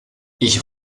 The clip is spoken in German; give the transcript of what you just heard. ich